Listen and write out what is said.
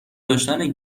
داشتن